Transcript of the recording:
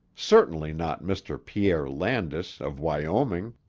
certainly not mr. pierre landis, of wyoming.